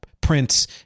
Prince